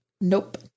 Nope